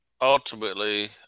ultimately